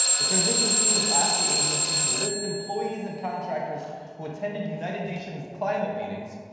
the transition team has asked the agency to list employees and contractors who attended united nations climate meetings,